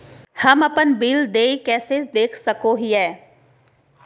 हम अपन बिल देय कैसे देख सको हियै?